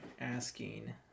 asking